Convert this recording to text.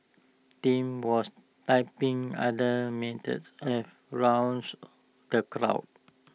Tim was trying other methods A rouse the crowd